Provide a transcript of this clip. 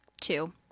Two